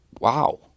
wow